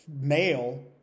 male